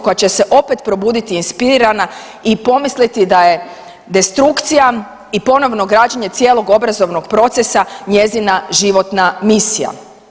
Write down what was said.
koja će se opet probuditi inspirirana i pomisliti da je destrukcija i ponovno građenje cijelog obrazovnog procesa njezina životna misija.